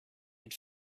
had